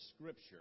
Scripture